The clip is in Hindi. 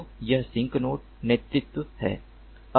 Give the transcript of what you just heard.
तो यह सिंक नोड नेतृत्व है